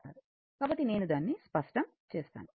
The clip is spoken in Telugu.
కాబట్టి నేను దానిని స్పష్టం చేస్తాను